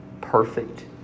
perfect